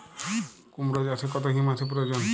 কুড়মো চাষে কত হিউমাসের প্রয়োজন?